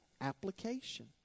application